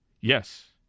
Yes